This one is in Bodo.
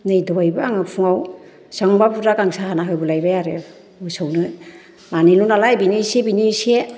नै दहायबो आङो फुङाव बिसिबांबा गांसो बुरजा हाबोना होबोलायबाय आरो मोसौनो मानैल' नालाय बेनि एसे बेनि एसे